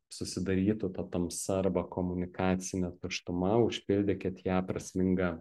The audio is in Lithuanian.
susidarytų ta tamsa arba komunikacinė tuštuma užpildykit ją prasminga